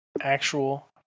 Actual